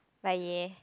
like ya